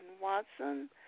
Watson